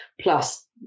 plus